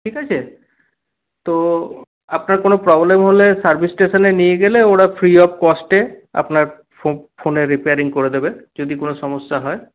ঠিক আছে তো আপনার কোনো প্রব্লেম হলে সার্ভিস স্টেশনে নিয়ে গেলে ওরা ফ্রি অব কস্টে আপনার ফোনের রিপিয়ারিং করে দেবে যদি কোনো সমস্যা হয়